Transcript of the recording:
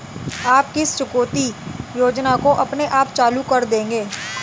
आप किस चुकौती योजना को अपने आप चालू कर देंगे?